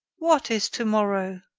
what is tomorrow?